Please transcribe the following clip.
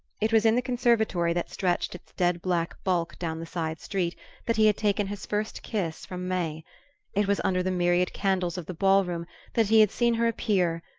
it was in the conservatory that stretched its dead-black bulk down the side street that he had taken his first kiss from may it was under the myriad candles of the ball-room that he had seen her appear,